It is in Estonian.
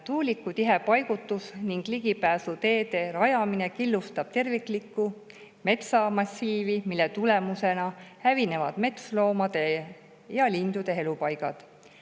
Tuulikute tihe paigutus ning ligipääsuteede rajamine killustab terviklikku metsamassiivi, mille tulemusena hävinevad metsloomade ja lindude elupaigad.